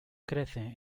crece